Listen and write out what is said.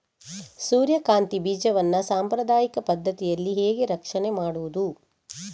ಸೂರ್ಯಕಾಂತಿ ಬೀಜವನ್ನ ಸಾಂಪ್ರದಾಯಿಕ ಪದ್ಧತಿಯಲ್ಲಿ ಹೇಗೆ ರಕ್ಷಣೆ ಮಾಡುವುದು